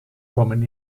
kommen